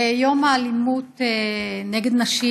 היום יום האלימות נגד נשים,